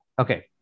Okay